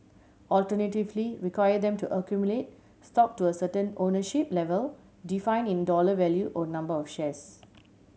alternatively require them to accumulate stock to a certain ownership level defined in dollar value or number of shares